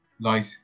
light